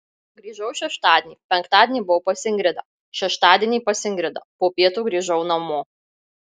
grįžau šeštadienį penktadienį buvau pas ingridą šeštadienį pas ingridą po pietų grįžau namo